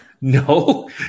No